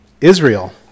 Israel